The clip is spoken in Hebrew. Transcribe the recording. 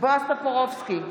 בועז טופורובסקי,